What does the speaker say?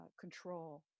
control